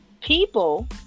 people